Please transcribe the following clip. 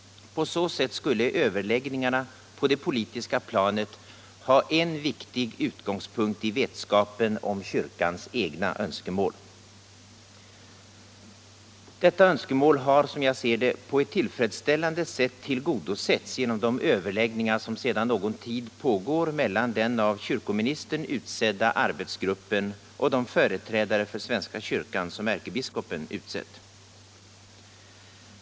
På så sätt skulle överläggningarna på det politiska planet ha en viktig utgångspunkt i vetskapen om kyrkans egna önskemål. Detta har, som jag ser det, på ett tillfredsställande sätt tillgodosetts genom de överläggningar som sedan någon tid pågår mellan de av kyrkoministern utsedda arbetsgrupperna och de företrädare för svenska kyrkan som ärkebiskopen utsett.